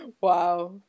Wow